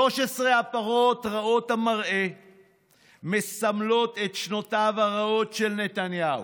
13 הפרות רעות המראה מסמלות את שנותיו הרעות של נתניהו.